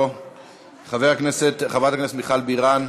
חברת הכנסת מיכל בירן,